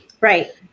right